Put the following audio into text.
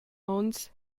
onns